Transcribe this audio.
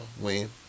win